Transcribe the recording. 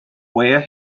where